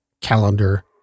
calendar